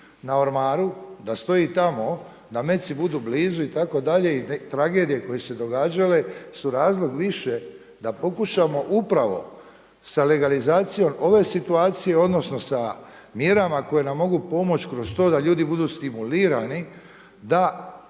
na ormaru, da stoji tamo da metci budu blizu itd. i tragedije koje su se događale su razlog više da pokušamo upravo sa legalizacijom ove situacije, odnosno sa mjerama koje nam mogu pomoć kroz to da ljudi budu stimulirani da